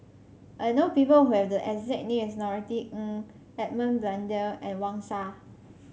I know people who have the exact name as Norothy Ng Edmund Blundell and Wang Sha